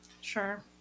Sure